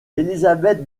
elizabeth